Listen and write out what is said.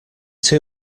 too